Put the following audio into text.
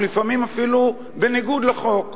או לפעמים אפילו בניגוד לחוק.